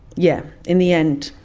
yeah in the end,